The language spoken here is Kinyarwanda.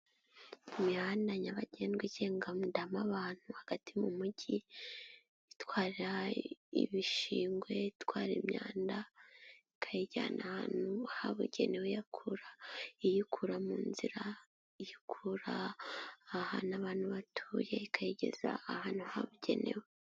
Imihanda nyabagendwa igengadamo abantu hagati mu mujyi, itwara ibishingwe, itwara imyanda, ikayijyana ahantu habugenewe iyukura mu nzira, ikura ahatu abantu batuye, ikayigeza ahantu habugenewe.